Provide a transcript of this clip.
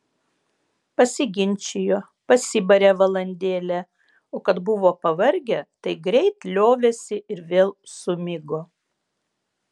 pasiginčijo pasibarė valandėlę o kad buvo pavargę tai greit liovėsi ir vėl sumigo